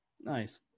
nice